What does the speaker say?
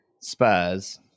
Spurs